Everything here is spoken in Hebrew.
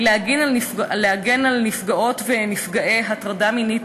היא להגן על נפגעות ונפגעי הטרדה מינית